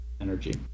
energy